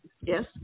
Yes